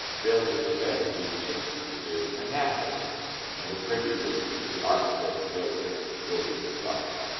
built in the seventeen sixty s near annapolis and attributed to the architect-builder william buckland.